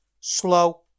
slow